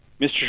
Mr